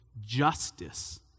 justice